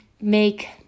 make